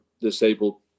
disabled